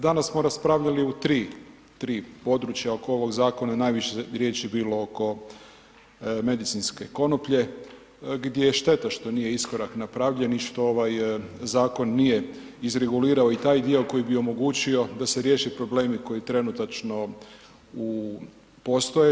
Danas smo raspravljali u 3 područja oko ovog zakona i najviše je riječi bilo oko medicinske konoplje, gdje je šteta što nije iskorak napravljen i što ovaj zakon nije izregulirao i taj dio koji bi omogućio da se riješe problemi koje trenutačno postoje.